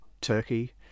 Turkey